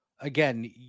again